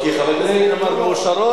כי חבר הכנסת אמר "מאושרות",